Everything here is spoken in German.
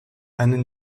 einen